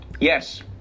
Yes